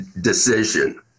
decision